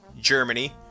Germany